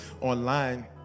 Online